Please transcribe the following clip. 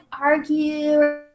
argue